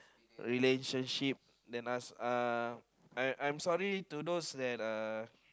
relationship than us uh I I'm sorry to those that uh